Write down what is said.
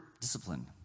discipline